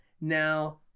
Now